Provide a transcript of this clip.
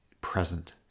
present